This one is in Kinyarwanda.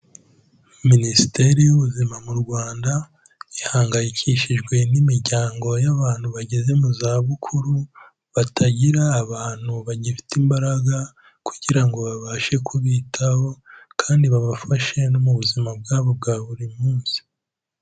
Minisiteri y'Ubuzima mu Rwanda, ihangayikishijwe n'imiryango y'abantu bageze mu zabukuru, batagira abantu bagifite imbaraga kugira ngo babashe kubitaho, kandi babafashe no mu buzima bwabo bwa buri munsi.